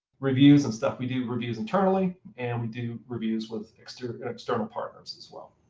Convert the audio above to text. reviews and stuff, we do reviews internally and we do reviews with external and external partners as well.